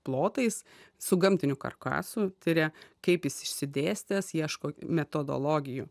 plotais su gamtiniu karkasu tiria kaip jis išsidėstęs ieško metodologijų